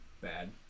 Bad